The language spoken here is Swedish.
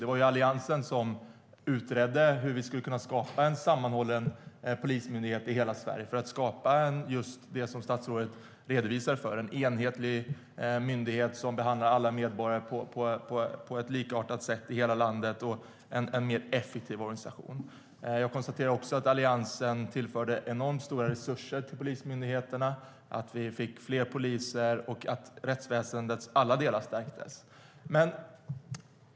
Det var ju Alliansen som utredde hur man skulle kunna skapa en sammanhållen polismyndighet i hela Sverige för att få en enhetlig myndighet som behandlar alla medborgare på ett likartat sätt i hela landet och som har en mer effektiv organisation. Jag konstaterar att Alliansen tillförde stora resurser till polismyndigheterna. Vi fick fler poliser, och rättsväsendets alla delar stärktes.